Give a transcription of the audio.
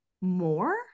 more